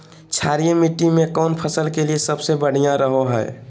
क्षारीय मिट्टी कौन फसल के लिए सबसे बढ़िया रहो हय?